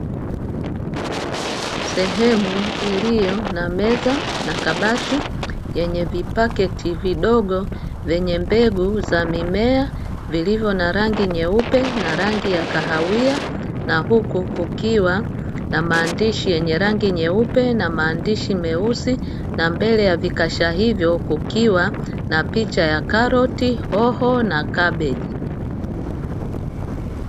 Sehemu iliyo na meza na kabati yenye vipaketi vidogo zenye mbegu za mimea, vilivyo na rangi nyeupe na rangi ya kahawia, na huku kukiwa na maandishi yenye rangi nyeupe na maandishi meusi na mbele ya vikasha hivyo kukiwa na picha ya karoti, hoho na kabeji.